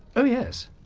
oh yes.